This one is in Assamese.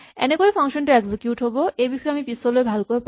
এনেকৈয়ে ফাংচন টো এক্সিকিউট হ'ব এইবিষয়ে আমি পিছলৈ ভালকৈ পাম